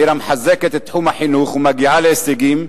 עיר המחזקת את תחום החינוך ומגיעה להישגים,